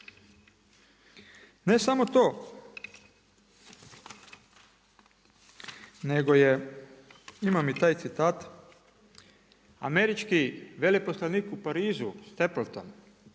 Ne samo to, nego je, imam i taj citat, američki veleposlanik u Parizu, Stapleton,